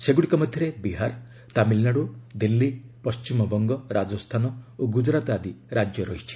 ସେଗୁଡ଼ିକ ମଧ୍ୟରେ ବିହାର ତାମିଲନାଡୁ ଦିଲ୍ଲୀ ପଶ୍ଚିମବଙ୍ଗ ରାଜସ୍ଥାନ ଓ ଗୁଜରାତ ଆଦି ରାଜ୍ୟ ରହିଛି